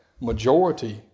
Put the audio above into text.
majority